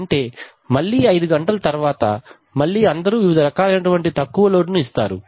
అంటే మళ్ళీ ఐదు గంటల తరువాత మళ్లీ అందరూ వివిధ రకాలైనటువంటి తక్కువ లోడ్ ను ఇస్తారు